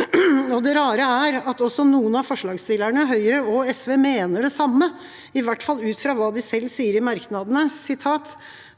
Det rare er at også noen av forslagsstillerne, Høyre og SV, mener det samme, i hvert fall ut fra hva de selv skriver i merknadene: